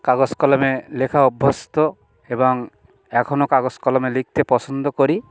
কাগজ কলমে লেখা অভ্যস্ত এবং এখনো কাগজ কলমে লিখতে পছন্দ করি